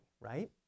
right